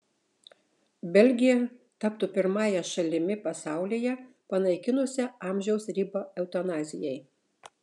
belgija taptų pirmąją šalimi pasaulyje panaikinusia amžiaus ribą eutanazijai